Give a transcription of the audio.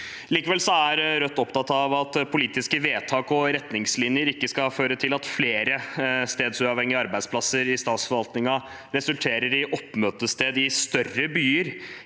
Likevel er Rødt opptatt av at politiske vedtak og retningslinjer ikke skal føre til at flere stedsuavhengige arbeidsplasser i statsforvaltningen resulterer i oppmøtested i større byer